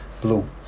blue